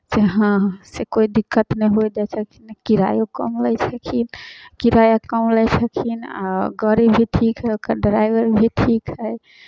से हँ से कोइ दिक्कत नहि होय दै छलखिन किरायो कम लै छलखिन किराया कम लै छलखिन आ गाड़ी भी ठीक हइ आ ओकर ड्राइवर भी ठीक हइ